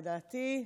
לדעתי,